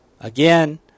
again